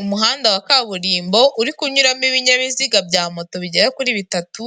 Umuhanda wa kaburimbo uri kunyuramo ibinyabiziga bya moto bigera kuri bitatu,